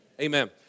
amen